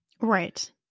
Right